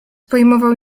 pojmował